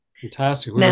Fantastic